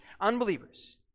unbelievers